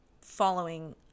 following